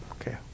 Okay